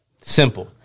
Simple